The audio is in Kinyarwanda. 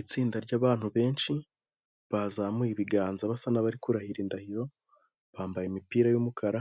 Itsinda rya'ban benshi bazamuye ibiganza basa n'abari kurahira indahiro, bambaye imipira y'umukara